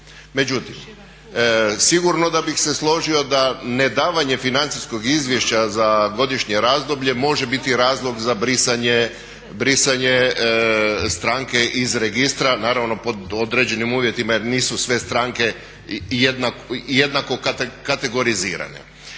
Međutim, sigurno da bih se složio da ne davanje financijskog izvješća za godišnje razdoblje može biti razlog za brisanje stranke iz registra, naravno pod određenim uvjetima jer nisu sve stranke jednako kategorizirane.